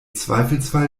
zweifelsfall